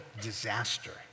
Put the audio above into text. disaster